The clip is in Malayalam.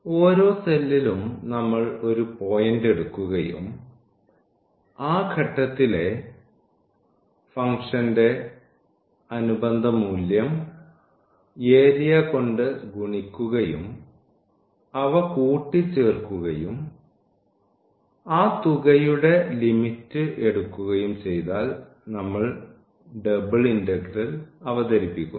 ഓരോ സെല്ലിലും നമ്മൾ ഒരു പോയിന്റ് എടുക്കുകയും ആ ഘട്ടത്തിലെ ഫംഗ്ഷന്റെ അനുബന്ധ മൂല്യം ഏരിയ കൊണ്ട് ഗുണിക്കുകയും അവ കൂട്ടിച്ചേർക്കുകയും ആ തുകയുടെ ലിമിറ്റ് എടുക്കുകയും ചെയ്താൽ നമ്മൾ ഡബിൾ ഇന്റഗ്രൽ അവതരിപ്പിക്കുന്നു